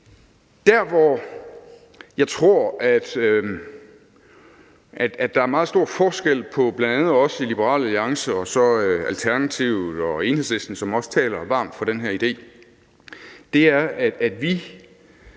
Der, hvor jeg tror at der er meget stor forskel på bl.a. os i Liberal Alliance og så Alternativet og Enhedslisten, som også taler varmt for den her idé, er i